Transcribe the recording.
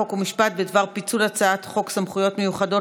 חוק ומשפט בדבר פיצול הצעת חוק סמכויות מיוחדות